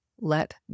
let